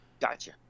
Gotcha